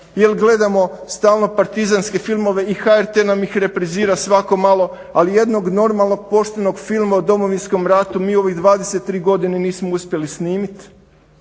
jer gledamo stalno partizanske filmove i HRT nam ih reprizira svako malo. Ali jednog normalnog, poštenog filma o Domovinskom ratu mi u ovih 23 godine nismo uspjeli snimiti.